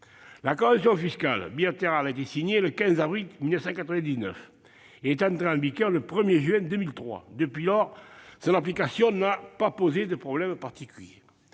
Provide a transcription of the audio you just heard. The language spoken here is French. La convention fiscale bilatérale, signée le 15 avril 1999, est entrée en vigueur le 1 juin 2003. Depuis lors, son application n'a pas posé de difficulté particulière.